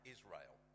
Israel